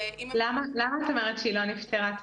ואם --- למה את אומרת שהיא לא נפתרה?